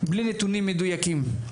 בלי נתונים מדויקים,